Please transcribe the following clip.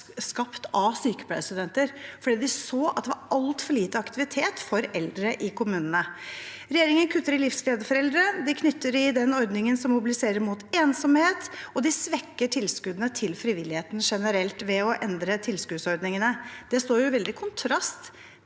skapt av sykepleierstudenter fordi de så at det var altfor lite aktivitet for eldre i kommunene. Regjeringen kutter i Livsglede for Eldre, de kutter i ordningen som mobiliserer mot ensomhet, og de svekker tilskuddene til frivilligheten generelt ved å endre tilskuddsordningene. Det står veldig i kontrast